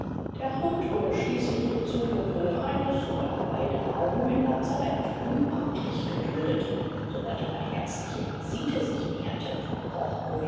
der hund wurde schließlich durch zudrücken eines oder beider augen im lazarett unamtlich geduldet sobald aber die ärztliche visite sich näherte verkroch